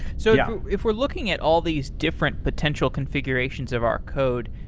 so yeah if we're looking at all these different potential configurations of our code,